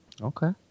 Okay